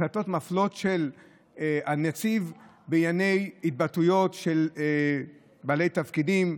החלטות מפלות של הנציב בענייני התבטאויות של בעלי תפקידים,